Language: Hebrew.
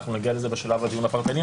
אנחנו נגיע לזה בשלב הדיון הפרטני.